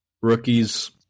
Rookies